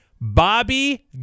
Bobby